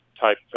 type